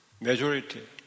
majority